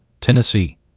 Tennessee